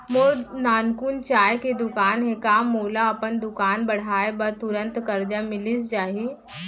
मोर नानकुन चाय के दुकान हे का मोला अपन दुकान बढ़ाये बर तुरंत करजा मिलिस जाही?